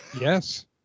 yes